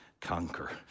conquer